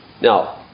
Now